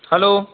hello